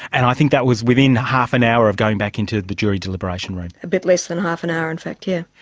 and i think that was within half an hour of going back into the jury deliberation room. a bit less than half an hour in fact, yes.